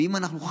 ואם אנחנו,